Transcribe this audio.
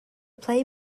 play